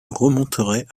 remonterait